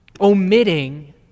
Omitting